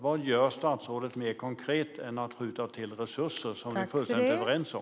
Vad gör statsrådet mer konkret än att skjuta till resurser, som vi är fullständigt överens om?